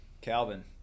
Calvin –